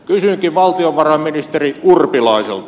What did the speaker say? kysynkin valtiovarainministeri urpilaiselta